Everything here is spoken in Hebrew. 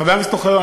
חבר הכנסת אוחיון,